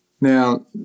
Now